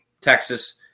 Texas